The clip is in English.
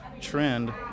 trend